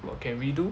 what can we do